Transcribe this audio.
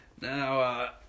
now